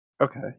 Okay